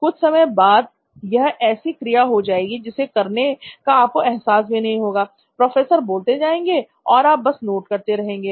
कुछ समय बाद यह ऐसी क्रिया हो जाएगी जिसे करने का आपको एहसास भी नहीं होगा प्रोफेसर बोलते जाएंगे और आप बस नोट करते रहेंगे